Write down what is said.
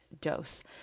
dose